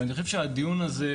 ואני חושב שהדיון הזה,